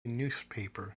newspaper